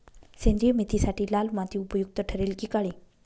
सेंद्रिय मेथीसाठी लाल माती उपयुक्त ठरेल कि काळी?